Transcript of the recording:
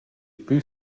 plü